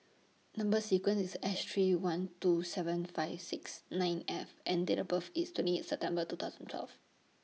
Number sequence IS S three one two seven five six nine F and Date of birth IS twenty eight September two thousand twelve